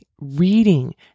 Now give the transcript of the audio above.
Reading